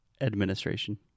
administration